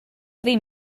ddim